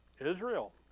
Israel